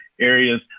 areas